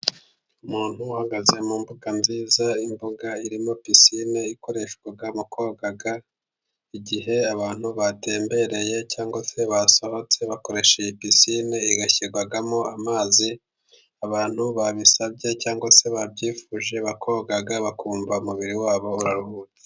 Umuntu uhagaze mu mbuga nziza， imbuga irimo pisiine， ikoreshwa mu koga， igihe abantu batembereye cyangwa se basohotse，bakoresha iyi pisine， igashyirwamo amazi，abantu babisabye cyangwa se babyifuje， bakoga，bakumva umubiri wabo uraruhutse.